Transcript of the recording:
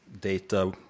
data